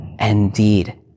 indeed